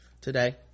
today